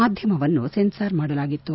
ಮಾಧ್ಯಮವನ್ನೂ censor ಮಾಡಲಾಯಿತು